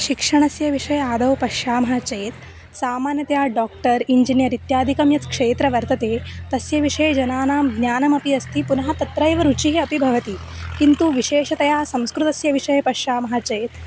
शिक्षणस्य विषये आदौ पश्यामः चेत् सामान्यतया डाक्टर् इञ्जिनियर् इत्यादिकं यत् क्षेत्रं वर्तते तस्य विषये जनानां ज्ञानमपि अस्ति पुनः तत्रैव रुचिः अपि भवति किन्तु विशेषतया संस्कृतस्य विषये पश्यामः चेत्